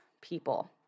people